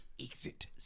Exit